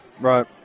Right